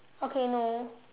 okay no